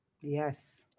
Yes